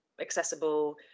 accessible